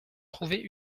trouver